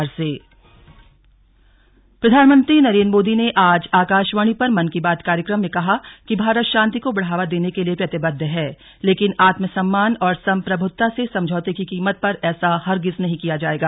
slug Mann ki Baat प्रधानमंत्री नरेन्द्र मोदी ने आज आकाशवाणी पर मन की बात कार्यक्रम में कहा कि भारत शांति को बढ़ावा देने के लिए प्रतिबद्ध है लेकिन आत्म सम्मान और संप्रभुता से समझौते की कीमत पर ऐसा हरगिज नहीं किया जाएगा